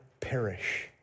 perish